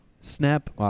Snap